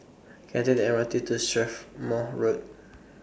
Can I Take The M R T to Strathmore Road